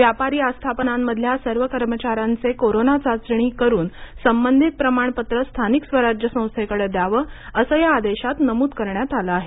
व्यापारी आस्थापनामधल्या सर्व कर्मचाऱ्यांचे कोरोना चाचणी करून संबंधित प्रमाणपत्र स्थानिक स्वराज्य संस्थेकडे द्यावं असं या आदेशात नमूद करण्यात आलं आहे